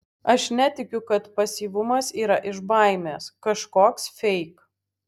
aš netikiu kad pasyvumas yra iš baimės kažkoks feik